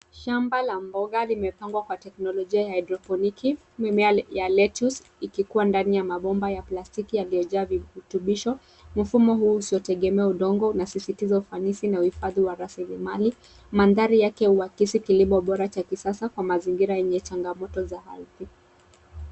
Shamba la mboga limepangwa kwa teknolojia ya haidroponiki. Mimea ya lettuce ikikua ndani ya mabomba ya plastiki yaliyojaa virutubisho. Mfumo huu usiotegemea udongo unasisitiza ufanisi na uhifadhi wa rasilimali. Mandhari yake huakisi kilimo bora cha kisasa kwa mazingira yenye changamoto za ardhi.